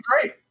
great